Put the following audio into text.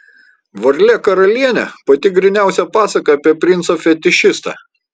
varlė karalienė pati gryniausia pasaka apie princą fetišistą